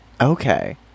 Okay